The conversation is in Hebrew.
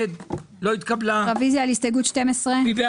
"מטרת תיקון זה להכשיר הסדרים כובלים